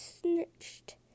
snitched